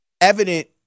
evident